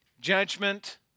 judgment